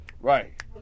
Right